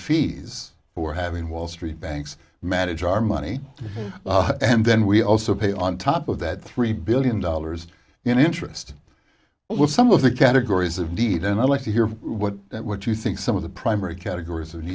fees we're having wall street banks manage our money and then we also pay on top of that three billion dollars in interest with some of the categories of deed and i'd like to hear what what you think some of the primary categories